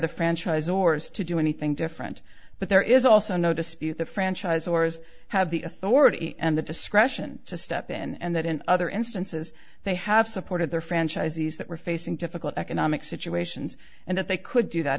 ors to do anything different but there is also no dispute the franchise ors have the authority and the discretion to step in and that in other instances they have supported their franchisees that were facing difficult economic situations and that they could do that